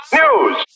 news